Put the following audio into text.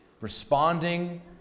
Responding